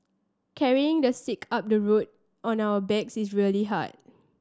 carrying the sick up the road on our backs is really hard